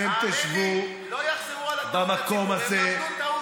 האמן לי, לא יחזרו על הטעות הזאת.